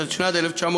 התשנ"ד 1994,